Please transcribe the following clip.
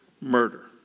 murder